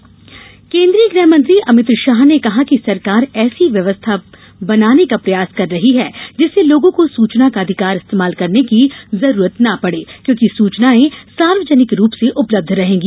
अमित शाह केन्द्रीय गृह मंत्री अमित शाह ने कहा है कि सरकार ऐसी व्यवस्था बनाने का प्रयास कर रही है जिससे लोगों को सूचना का अधिकार इस्तेमाल करने की जरूरत न पड़े क्योंकि सूचनायें सार्वजनिक रूप से उपलब्ध रहेगी